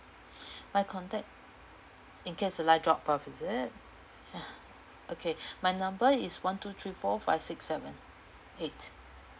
my contact in case the line drop off is it okay my number is one two three four five six seven eight